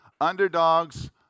Underdogs